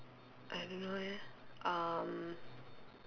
I don't know eh um